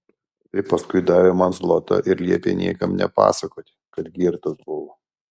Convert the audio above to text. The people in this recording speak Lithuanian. tai paskui davė man zlotą ir liepė niekam nepasakoti kad girtas buvo